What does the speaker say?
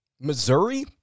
Missouri